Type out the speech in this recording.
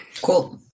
Cool